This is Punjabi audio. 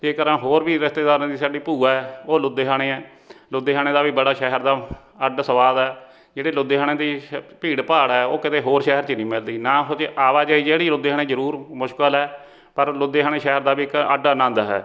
ਇਸ ਤਰ੍ਹਾਂ ਹੋਰ ਵੀ ਰਿਸ਼ਤੇਦਾਰਾਂ ਦੀ ਸਾਡੀ ਭੂਆ ਹੈ ਉਹ ਲੁਧਿਆਣੇ ਹੈ ਲੁਧਿਆਣੇ ਦਾ ਵੀ ਬੜਾ ਸ਼ਹਿਰ ਦਾ ਅੱਡ ਸਵਾਦ ਹੈ ਜਿਹੜੇ ਲੁਧਿਆਣੇ ਦੀ ਸ਼ ਭੀੜ ਭਾੜ ਹੈ ਉਹ ਕਿਤੇ ਹੋਰ ਸ਼ਹਿਰ 'ਚ ਨਹੀਂ ਮਿਲਦੀ ਨਾ ਇਹੋ ਜਿਹੀ ਆਵਾਜਾਈ ਜਿਹੜੀ ਲੁਧਿਆਣੇ ਜ਼ਰੂਰ ਮੁਸ਼ਕਿਲ ਹੈ ਪਰ ਲੁਧਿਆਣੇ ਸ਼ਹਿਰ ਦਾ ਵੀ ਇੱਕ ਅੱਡ ਆਨੰਦ ਹੈ